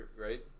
right